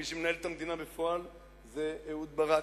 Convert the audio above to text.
מי שמנהל את המדינה בפועל הוא אהוד ברק,